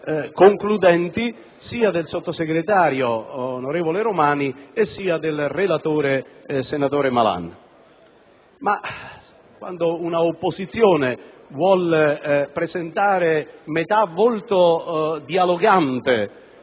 concludenti da parte sia del Sottosegretario, onorevole Romani, che del relatore, senatore Malan. Quando però un'opposizione vuole presentare metà volto dialogante